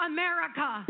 America